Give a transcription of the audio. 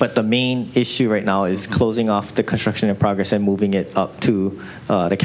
but the main issue right now is closing off the construction of progress and moving it up to